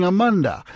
Amanda